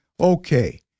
Okay